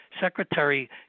secretary